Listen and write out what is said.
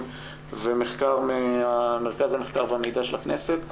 ומחקר ממרכז המחקר והמידע של הכנסת.